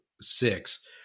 six